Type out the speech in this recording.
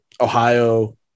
Ohio